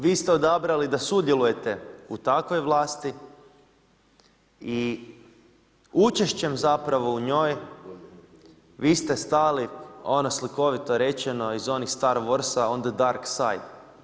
Vi ste odabrali da sudjelujete u takvoj vlasti i učešćem zapravo u njoj vi ste stali ono slikovito rečeno iz onih Star warsa „On the dark side“